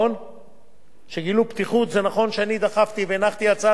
זה נכון שאני דחפתי והנחתי הצעת חוק פרטית שהיתה הזרז,